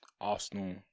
Arsenal